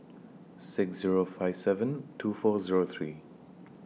six Zero five seven two four Zero three